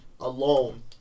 alone